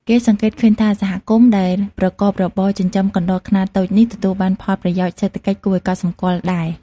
គេសង្កេតឃើញថា សហគមន៍ដែលប្រកបរបរចិញ្ចឹមកណ្តុរខ្នាតតូចនេះ ទទួលបានផលប្រយោជន៍សេដ្ឋកិច្ចគួរឱ្យកត់សម្គាល់ដែរ។